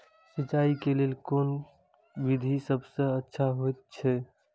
सिंचाई क लेल कोन विधि सबसँ अच्छा होयत अछि?